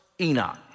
Enoch